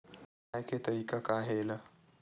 पटाय के तरीका का हे एला?